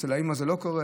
אצל האימא זה לא קורה,